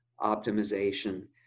optimization